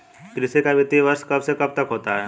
कृषि का वित्तीय वर्ष कब से कब तक होता है?